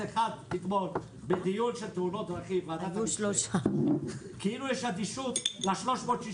אחד בדיון ועדת המשנה על תאונות דרכים.